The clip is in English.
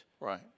Right